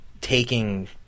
taking